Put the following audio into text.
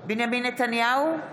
בנימין נתניהו,